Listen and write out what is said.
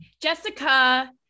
Jessica